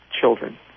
children